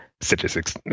statistics